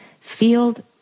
field